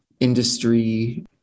Industry